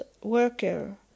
worker